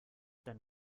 dann